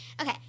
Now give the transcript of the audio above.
Okay